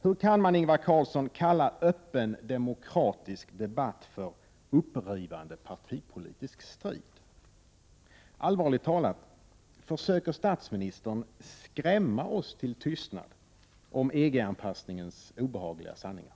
Hur kan man, Ingvar Carlsson, kalla öppen demokratisk debatt för ”upprivande partipolitisk strid”? Allvarligt talat: Försöker statsministern skrämma oss till tystnad om EG-anpassningens obehagliga sanningar?